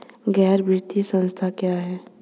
गैर वित्तीय संस्था क्या है?